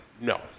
No